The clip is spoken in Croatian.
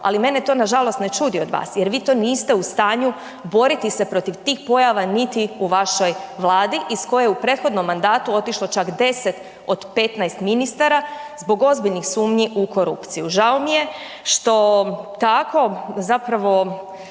Ali mene to nažalost ne čudi od vas jer vi to niste u stanju boriti se protiv tih pojava niti u vašoj vladi iz koje je u prethodnom mandatu otišlo čak 10 od 15 ministara zbog ozbiljnih sumnji u korupciju. Žao mi je što tako zapravo